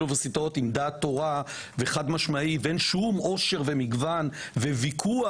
אוניברסיטאות עם דת ותורה ואין לנו שום עושר ומגוון וויכוח,